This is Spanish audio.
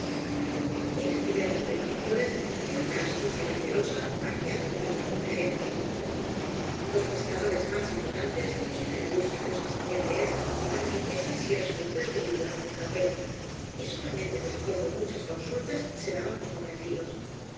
eran de ver las precauciones que una astucia recelosa hacía adoptar á la pobre gente los pescadores más ignoracteb iban en bubca de ice que eabian leer para que víeeen bí era bu combre el que figuraba en el papel y solamente después de squchas consultas se daban por convencidos